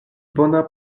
bona